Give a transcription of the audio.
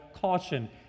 caution